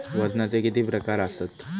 वजनाचे किती प्रकार आसत?